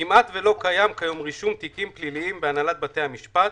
"כמעט ולא קיים כיום רישום תיקים פליליים בהנהלת בתי המשפט.